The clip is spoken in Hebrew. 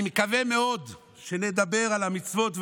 אני מקווה מאוד שנדבר על המצוות,